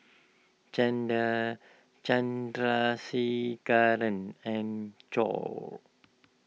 Chanda Chandrasekaran and Choor